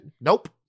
Nope